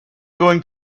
going